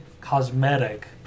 cosmetic